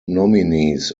nominees